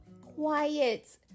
Quiet